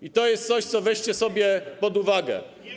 I to jest coś, co weźcie sobie pod uwagę.